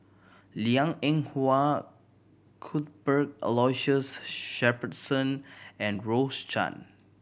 Liang Eng Hwa Cuthbert Aloysius Shepherdson and Rose Chan